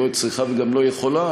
היא לא צריכה וגם לא יכולה,